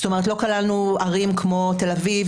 זאת אומרת לא כללנו ערים כמו תל אביב,